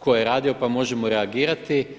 tko je radio pa možemo reagirati.